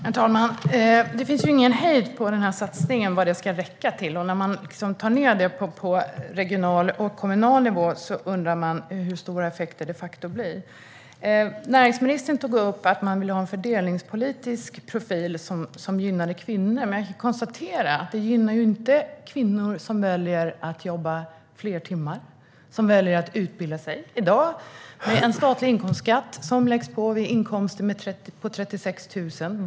Herr talman! Det finns ingen hejd på vad den här satsningen ska räcka till. När man tar ned det på regional och kommunal nivå undrar man hur stora effekter som det de facto blir. Näringsministern tog upp att man vill ha en fördelningspolitisk profil som gynnar kvinnor. Men jag kan konstatera att man inte gynnar kvinnor som väljer att jobba fler timmar eller väljer att utbilda sig. I dag läggs statlig inkomstskatt på från och med inkomster på 36 000.